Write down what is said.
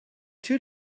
two